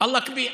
אללה כביר.